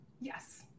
Yes